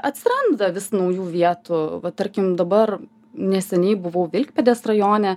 atsiranda vis naujų vietų va tarkim dabar neseniai buvau vilkpėdės rajone